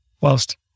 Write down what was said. whilst